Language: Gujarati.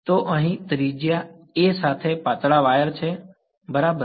તો અહી ત્રિજ્યા a સાથે પાતળા વાયર છે બરાબર